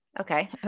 Okay